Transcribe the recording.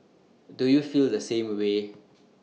do you feel the same way